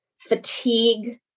fatigue